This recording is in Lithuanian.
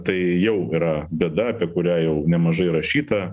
tai jau yra bėda apie kurią jau nemažai rašyta